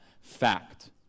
fact